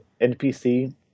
NPC